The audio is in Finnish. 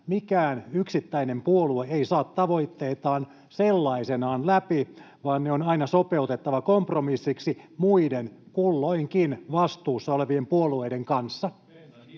mikään yksittäinen puolue ei saa tavoitteitaan sellaisenaan läpi, vaan ne on aina sopeutettava kompromissiksi muiden kulloinkin vastuussa olevien puolueiden kanssa.